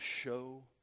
show